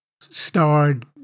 starred